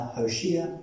Hoshea